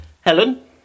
Helen